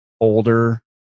older